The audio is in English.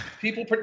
people